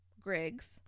Griggs